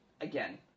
again